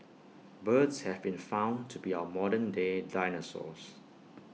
birds have been found to be our modern day dinosaurs